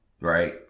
right